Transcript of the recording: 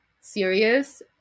serious